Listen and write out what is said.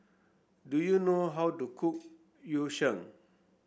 do you know how to cook Yu Sheng